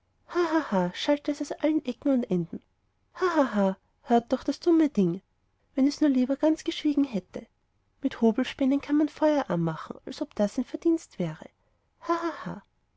es da aus allen ecken und enden ha ha ha hört doch das dumme ding wenn es nur lieber ganz geschwiegen hätte mit hobelspänen kann man auch feuer anmachen als ob das ein verdienst wäre